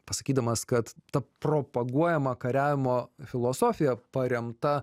pasakydamas kad ta propaguojama kariavimo filosofija paremta